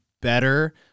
better